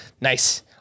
nice